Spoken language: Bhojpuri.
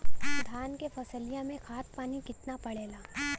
धान क फसलिया मे खाद पानी कितना पड़े ला?